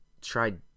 tried